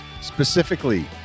specifically